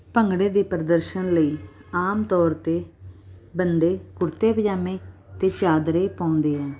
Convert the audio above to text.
ਭੰਗੜੇ ਦੇ ਪ੍ਰਦਰਸ਼ਨ ਲਈ ਆਮ ਤੌਰ 'ਤੇ ਬੰਦੇ ਕੁੜਤੇ ਪਜਾਮੇ ਅਤੇ ਚਾਦਰੇ ਪਾਉਂਦੇ ਆ